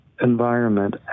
environment